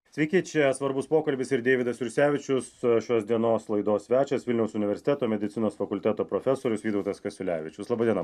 sveiki čia svarbus pokalbis ir deividas jursevičius šios dienos laidos svečias vilniaus universiteto medicinos fakulteto profesorius vytautas kasiulevičius laba diena